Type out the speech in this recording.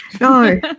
no